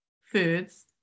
foods